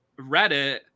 Reddit